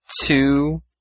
two